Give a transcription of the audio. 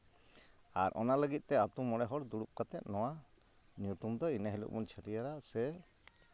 ᱟᱨ ᱚᱱᱟ ᱞᱟᱹᱜᱤᱫ ᱛᱮ ᱟᱛᱳ ᱢᱚᱬᱮ ᱦᱚᱲ ᱫᱩᱲᱩᱵ ᱠᱟᱛᱮ ᱱᱚᱣᱟ ᱧᱩᱛᱩᱢ ᱫᱚ ᱤᱱᱟᱹ ᱦᱤᱞᱳᱜ ᱵᱚᱱ ᱪᱷᱟᱹᱴᱭᱟᱹᱨᱟ ᱥᱮ